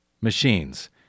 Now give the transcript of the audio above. Machines